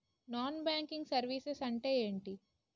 Non banking services అంటే ఎంటి?